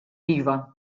iva